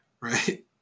right